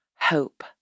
hope